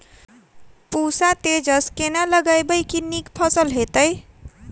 पूसा तेजस केना उगैबे की नीक फसल हेतइ?